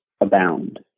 abound